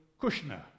Kushner